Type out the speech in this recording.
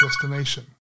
destination